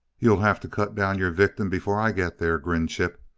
you'll have to cut down your victim before i get there, grinned chip.